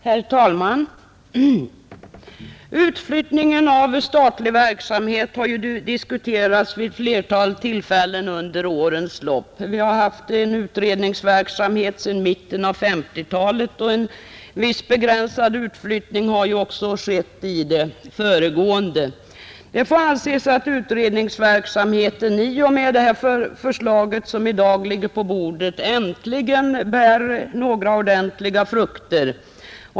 Herr talman! Utflyttningen av statlig verksamhet har diskuterats vid ett flertal tillfällen under årens lopp. Vi har haft en utredningsverksamhet sedan mitten på 1950-talet, och en viss begränsad utflyttning har också tidigare ägt rum, Det får anses att utredningsverksamheten i och med det förslag som i dag ligger på bordet äntligen bär frukt.